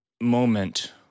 moment